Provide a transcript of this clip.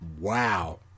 wow